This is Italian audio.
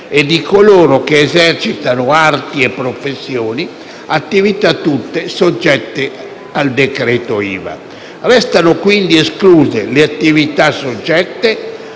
e di coloro che esercitano arti e professioni, attività tutte soggette al decreto IVA. Restano quindi escluse le attività soggette